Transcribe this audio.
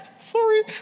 sorry